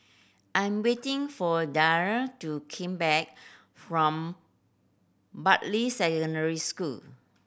I'm waiting for Daryle to came back from Bartley Secondary School